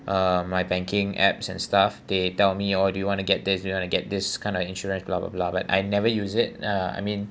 um my banking apps and stuff they tell me oh do you want to get this do you want to get this kind of insurance blah blah blah but I never use it uh I mean